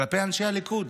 כלפי אנשי הליכוד.